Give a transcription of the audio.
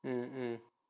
mm mm